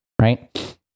right